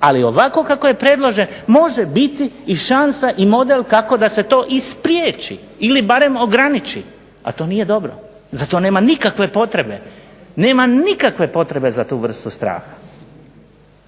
Ali ovako kako je predložen može biti i šansa i model kako da se to i spriječi ili barem ograniči, a to nije dobro, za to nema nikakve potrebe. Nema nikakve potrebe za tu vrstu straha.